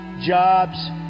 jobs